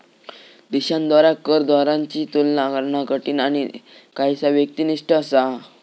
देशांद्वारा कर दरांची तुलना करणा कठीण आणि काहीसा व्यक्तिनिष्ठ असा